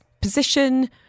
position